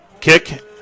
Kick